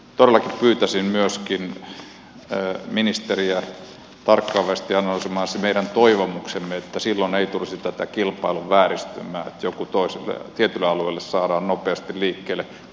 todellakin pyytäisin myöskin ministeriä tarkkaavaisesti analysoimaan sen meidän toivomuksemme että silloin ei tulisi tätä kilpailun vääristymää että tietylle alueelle saadaan nopeasti liikkeelle kun toisetkin pyrkivät